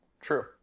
True